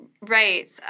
Right